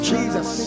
Jesus